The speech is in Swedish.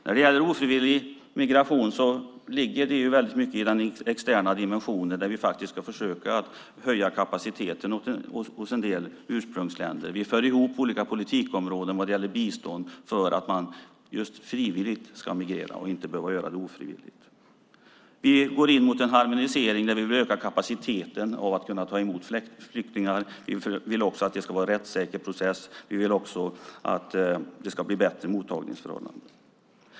När det gäller ofrivillig migration ligger det väldigt mycket i den externa dimensionen, där vi ska försöka höja kapaciteten hos en del ursprungsländer. Vi för ihop olika politikområden vad gäller bistånd för att man ska migrera just frivilligt och inte behöva göra det ofrivilligt. Vi går mot en harmonisering där vi vill höja kapaciteten att kunna ta emot flyktingar. Vi vill att det ska vara en rättssäker process. Vi vill också att det ska bli bättre mottagningsförhållanden.